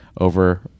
over